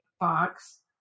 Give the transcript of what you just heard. box